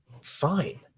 Fine